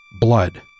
Blood